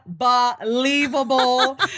unbelievable